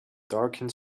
darkened